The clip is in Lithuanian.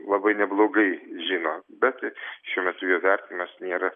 labai neblogai žino bet šiuo metu jo vertinimas nėra